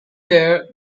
there